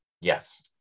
Yes